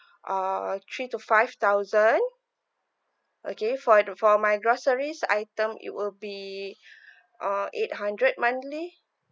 uh three to five thousand okay for the for my groceries item it will be uh eight hundred monthly